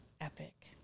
epic